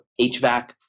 HVAC